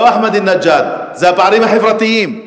זה לא אחמדינג'אד אלא הפערים החברתיים.